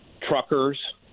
truckers